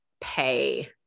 pay